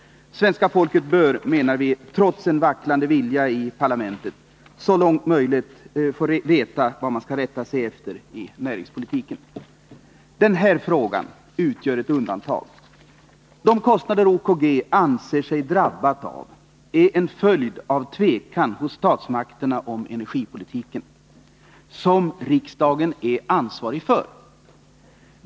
Svenska folket bör, menar vi, trots en vacklande vilja i parlamentet, så långt möjligt få veta vad man skall rätta sig efter i näringspolitiken. Den här frågan utgör ett undantag. De kostnader som Oskarshamnsverkets kraftgrupp anser sig drabbad av är en följd av tvekan hos statsmakterna om energipolitiken som riksdagen är ansvarig för.